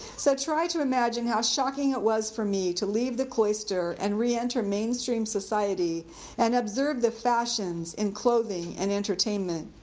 so try to imagine how shocking it was for me to leave the cloister and re-enter mainstream society and observe the fashions in clothing and entertainment.